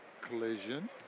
collision